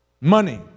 Money